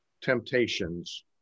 temptations